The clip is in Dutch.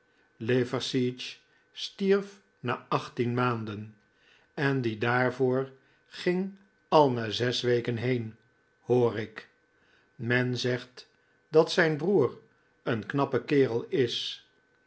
stierf na achttien maanden en die daarvoor ging al na zes weken heen hoor ik men zegt dat zijn broer een knappe kerel is